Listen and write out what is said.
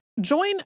Join